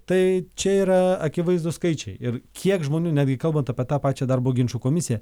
tai čia yra akivaizdūs skaičiai ir kiek žmonių netgi kalbant apie tą pačią darbo ginčų komisiją